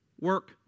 Work